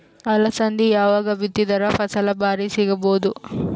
ಅಲಸಂದಿ ಯಾವಾಗ ಬಿತ್ತಿದರ ಫಸಲ ಭಾರಿ ಸಿಗಭೂದು?